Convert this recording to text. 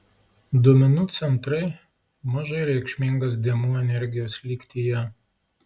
duomenų centrai mažai reikšmingas dėmuo energijos lygtyje